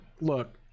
look